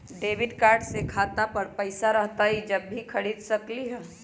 Debit card से खाता पर पैसा रहतई जब ही खरीद सकली ह?